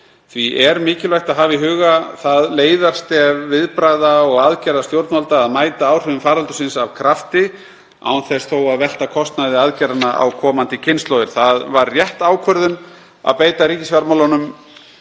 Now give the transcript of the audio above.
Því er mikilvægt að hafa í huga það leiðarstef viðbragða og aðgerða stjórnvalda að mæta áhrifum faraldursins af krafti án þess þó að velta kostnaði aðgerðanna á komandi kynslóðir. Það var rétt ákvörðun að beita ríkisfjármálunum